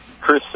Chris